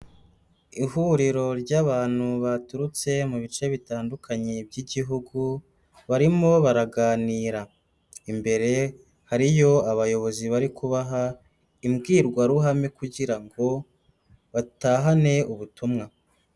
Ihuriro ry'abantu baturutse mu bice bitandukanye by'Igihugu barimo baraganira. Imbere hariyo abayobozi bari kubaha imbwirwaruhame kugira ngo batahane ubutumwa.